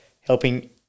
helping